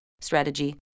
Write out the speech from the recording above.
strategy